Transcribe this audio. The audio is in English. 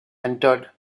entered